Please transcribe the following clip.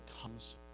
comes